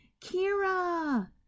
Kira